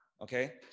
okay